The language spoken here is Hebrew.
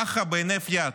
כך בהינף יד.